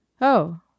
Oh